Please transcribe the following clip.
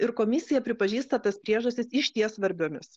ir komisija pripažįsta tas priežastis išties svarbiomis